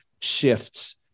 shifts